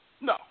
No